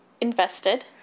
invested